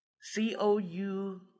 C-O-U